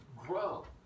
grow